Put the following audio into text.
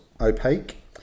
Opaque